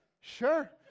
sure